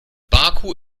baku